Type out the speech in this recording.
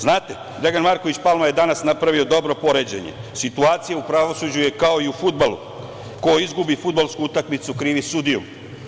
Znate, Dragan Marković Palma je danas napravio dobro poređenje - situacija u pravosuđu je kao i u fudbalu, ko izgubi fudbalsku utakmicu krivi sudiju.